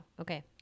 Okay